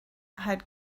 had